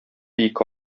ике